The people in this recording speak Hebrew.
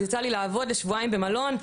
אז יצא לי לעבוד שבועיים במלון,